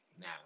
Now